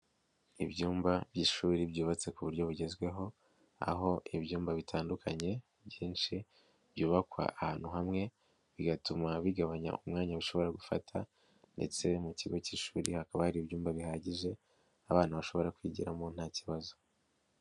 lbyumba by'ishuri byubatse ku buryo bugezweho, aho ibyumba bitandukanye byinshi byubakwa ahantu hamwe, bigatuma bigabanya umwanya bishobora gufata ndetse mu kigo cy'ishuri hakaba hari ibyumba bihagije, abana bashobora kwigiramo nta kibazo.